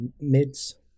MIDS